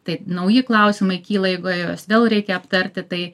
taip nauji klausimai kyla eigoje juos vėl reikia aptarti tai